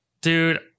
dude